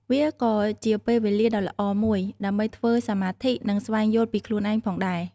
វាក៏ជាពេលវេលាដ៏ល្អមួយដើម្បីធ្វើសមាធិនិងស្វែងយល់ពីខ្លួនឯងផងដែរ។